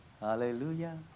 Hallelujah